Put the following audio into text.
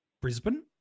Brisbane